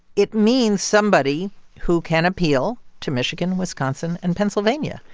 it means somebody who can appeal to michigan, wisconsin and pennsylvania.